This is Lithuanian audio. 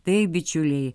taip bičiuliai